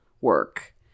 work